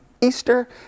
Easter